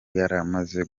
yaramaze